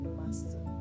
master